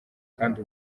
kandi